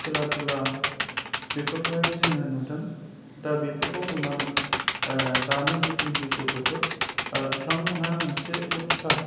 खेला धुला बेफोरखौहाय जोङो नुदों दा बेफोरखौ नुनानै दानि जिथुनिखि गथ'फोर बिथांमोनहा मोनसे उत्साह